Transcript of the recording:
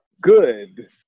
good